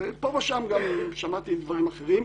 פה ושם גם שמעתי דברים אחרים.